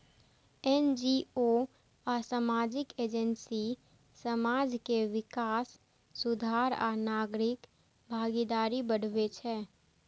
NGO आ सामाजिक agency समाज के विकास, सुधार आ नागरिक भागीदारी बढ़ाबै छै